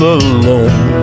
alone